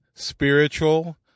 spiritual